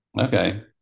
Okay